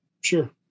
Sure